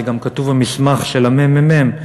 זה גם כתוב במסמך של הממ"מ,